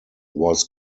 was